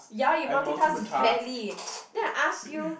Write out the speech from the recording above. ya you multitask badly then I ask you